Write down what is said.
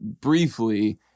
briefly